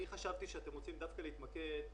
אני חשבתי שאתם רוצים להתמקד דווקא